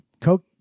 Coke